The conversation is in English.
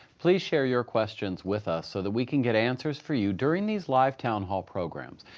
please share your questions with us so that we can get answers for you during these live town hall programs.